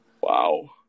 Wow